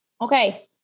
Okay